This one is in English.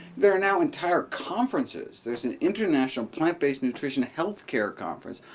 there are now entire conferences. there's an international plant-based nutrition health care conference,